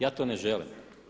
Ja to ne želim.